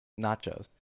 Nachos